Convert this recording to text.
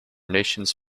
nations